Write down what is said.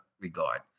regard